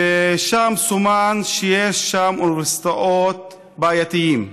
ושם סומן שיש אוניברסיטאות בעייתיות.